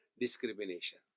discrimination